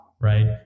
right